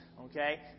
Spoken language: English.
okay